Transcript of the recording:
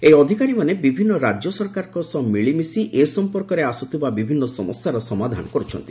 ଏହି ଅଧିକାରୀମାନେ ବିଭିନ୍ନ ରାଜ୍ୟ ସରକାରଙ୍କ ସହ ମିଳିମିଶି ଏ ସମ୍ପର୍କରେ ଆସୁଥିବା ବିଭିନ୍ନ ସମସ୍ୟାର ସମାଧାନ କରୁଛନ୍ତି